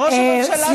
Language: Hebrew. ראש ממשלה שהבטיח,